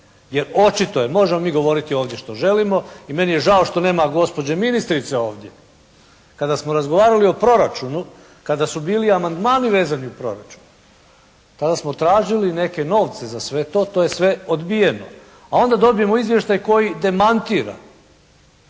Jer očito je, možemo mi govoriti ovdje što želimo i meni je žao što nema gospođe ministrice ovdje. Kada smo razgovarali o proračunu, kada su bili amandmani vezani u proračunu, kada smo tražili neke novce za sve to, to je sve odbijeno. A onda dobijemo izvještaj koji demantira